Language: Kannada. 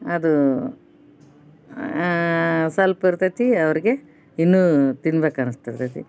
ಅದು ಸಲ್ಪ ಇರ್ತೈತಿ ಅವ್ರಿಗೆ ಇನ್ನೂ ತಿನ್ಬೇಕು ಅನ್ನಿಸ್ತಿರ್ತೈತಿ